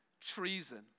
treason